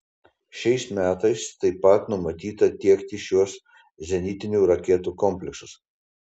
šiais metais taip pat numatyta tiekti šiuos zenitinių raketų kompleksus